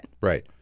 Right